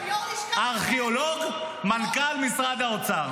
ארכיאולוג מנכ"ל משרד האוצר.